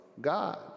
God